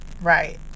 Right